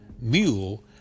mule